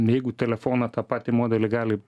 jeigu telefoną tą patį modelį gali